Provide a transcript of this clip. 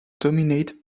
dominate